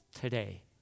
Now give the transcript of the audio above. today